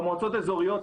במועצות האזוריות,